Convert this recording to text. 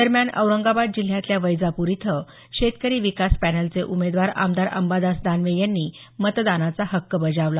दरम्यान औरंगाबाद जिल्ह्यातल्या वैजापूर इथं शेतकरी विकास पॅनलचे उमेदवार आमदार अंबादास दानवे यांनी मतदानाचा हक्क बजावला